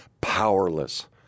powerless